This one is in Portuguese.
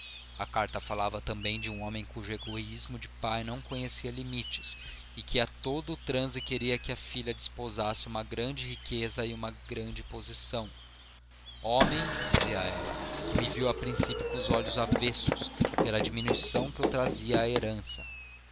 a carta falava também de um homem cujo egoísmo de pai não conhecia limites e que a todo o transe queria que a filha desposasse uma grande riqueza e uma grande posição homem dizia ela que me viu a princípio com olhos avessos pela diminuição que eu trazia à herança